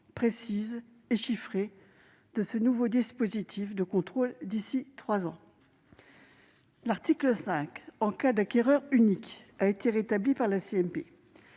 précise et chiffrée de ce nouveau dispositif de contrôle d'ici à trois ans. L'article 5, qui vise le cas d'un acquéreur unique, a été rétabli par la